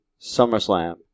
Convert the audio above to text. SummerSlam